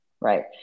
Right